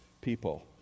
People